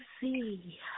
see